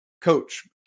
Coach